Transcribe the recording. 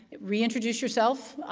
reintroduce yourself,